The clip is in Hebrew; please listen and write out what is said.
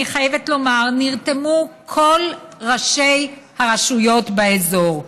אני חייבת לומר, נרתמו כל ראשי הרשויות באזור: